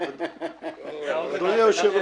היתה שם עז עם קרניים שמישהו גידל --- זה תיש.